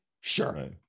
Sure